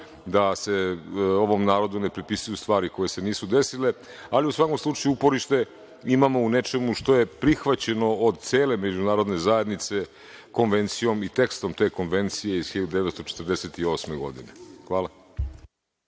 da se ovom narodu ne pripisuju stvari koje se nisu desile.U svakom slučaju, uporište imamo u nečemu što je prihvaćeno od cele međunarodne zajednice Konvencijom i tekstom te Konvencije iz 1948. godine. Hvala.